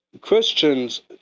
Christians